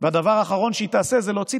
והדבר האחרון שהיא תעשה זה פשוט להוציא